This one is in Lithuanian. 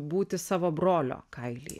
būti savo brolio kailyje